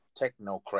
technocrat